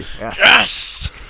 Yes